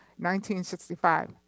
1965